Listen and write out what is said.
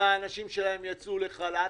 אם האנשים שלהם יצאו לחל"ת?